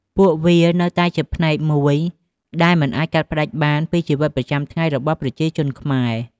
ពួកវានៅតែជាផ្នែកមួយដែលមិនអាចកាត់ផ្ដាច់បានពីជីវិតប្រចាំថ្ងៃរបស់ប្រជាជនខ្មែរ។